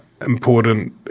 important